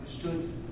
stood